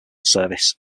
service